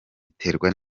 biterwa